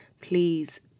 Please